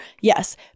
Yes